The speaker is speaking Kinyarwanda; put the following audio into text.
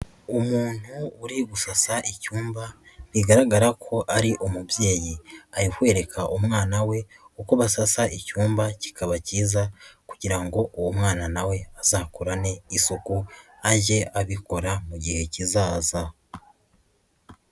Umuntu uri gusasa icyumba bigaragara ko ari umubyeyi, ari kwereka umwana we uko basasa icyumba kikaba kiza kugira ngo uwo mwana na we azakurane isuku ajye abikora mu gihe kizaza.